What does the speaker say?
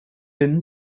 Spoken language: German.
finnen